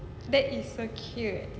that is so cute